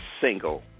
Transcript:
single